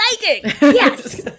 yes